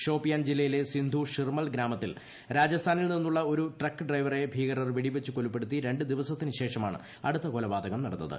ഷോപ്പിയാൻ ജില്ലയിലെ സിന്ധു ഷിർമൽ ഗ്രാമത്തിൽ രാജസ്ഥാനിൽ നിന്നുള്ള ഒരു ട്രക്ക് ഡ്രൈവറെ ഭീകരർ വെടിവച്ച് കൊലപ്പെടുത്തി രണ്ട് ദിവസത്തിന് ശേഷമാണ് അടുത്ത കൊലപാതകം നടന്നത്